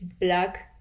black